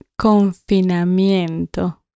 confinamiento